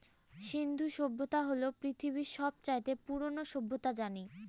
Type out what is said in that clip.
সিন্ধু সভ্যতা হল পৃথিবীর সব চাইতে পুরোনো সভ্যতা জানি